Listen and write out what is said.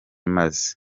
maze